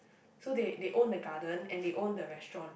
so they they own the garden and they own the restaurant